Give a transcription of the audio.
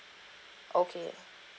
okay